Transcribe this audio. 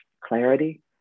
clarity